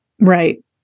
Right